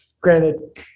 granted